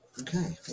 Okay